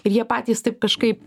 ir jie patys taip kažkaip